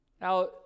now